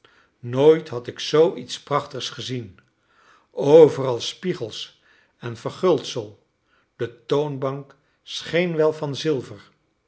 nooit had ik zoo iets prachtigs gezien overal spiegels en verguldsel de toonbank scheen wel van zilver